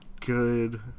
Good